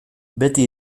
beti